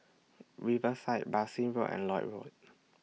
Riverside Bassein Road and Lloyd Road